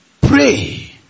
pray